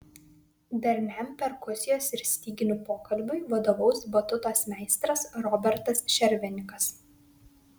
darniam perkusijos ir styginių pokalbiui vadovaus batutos meistras robertas šervenikas